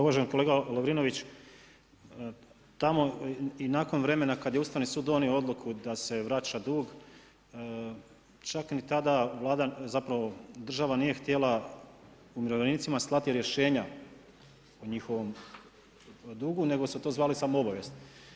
Uvaženi kolega Lovrinović, tamo i nakon vremena kada je Ustavni sud donio odluku da se vraća dug čak ni tada, zapravo država nije htjela umirovljenicima slati rješenja o njihovom dugu, nego su to zvali samo obavijest.